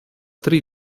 tri